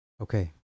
Okay